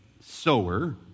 sower